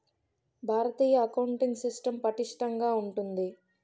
భారతీయ accounting system పటిష్టంగా ఉంటుంది